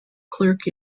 clerk